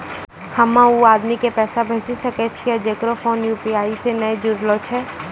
हम्मय उ आदमी के पैसा भेजै सकय छियै जेकरो फोन यु.पी.आई से नैय जूरलो छै?